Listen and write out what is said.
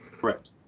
correct